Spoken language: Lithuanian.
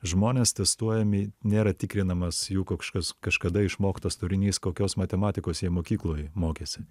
žmonės testuojami nėra tikrinamas jų kokžkas kažkada išmoktas turinys kokios matematikos jie mokykloj mokėsi